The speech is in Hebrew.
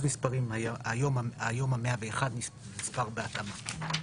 אז נספר היום ה-101 בהתאמה.